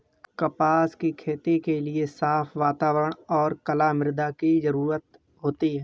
कपास की खेती के लिए साफ़ वातावरण और कला मृदा की जरुरत होती है